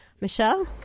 Michelle